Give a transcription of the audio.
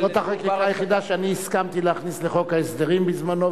זאת החקיקה היחידה שאני הסכמתי להכניס לחוק ההסדרים בזמנו,